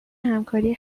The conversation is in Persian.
همکاری